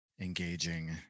engaging